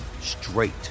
straight